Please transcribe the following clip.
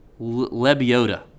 Lebiota